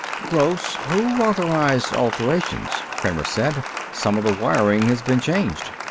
gross, who authorized alterations? kramer said. some of the wiring has been changed.